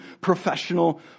professional